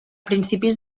principis